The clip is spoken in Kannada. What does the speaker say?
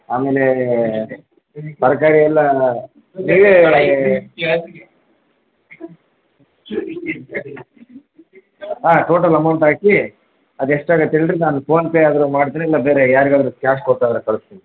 ಆಮೇಲೇ ತರಕಾರಿ ಎಲ್ಲ ನೀವೇ ಹಾಂ ಟೋಟಲ್ ಅಮೌಂಟ್ ಹಾಕಿ ಅದು ಎಷ್ಟು ಆಗತ್ತೆ ಹೇಳ್ರಿ ನಾನು ಫೋನ್ಪೇ ಆದರು ಮಾಡ್ತೀನಿ ಇಲ್ಲ ಬೇರೆ ಯಾರಿಗಾದರು ಕ್ಯಾಶ್ ಕೊಟ್ಟು ಆದರು ಕಳಿಸ್ತೀನಿ